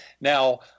Now